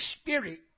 spirit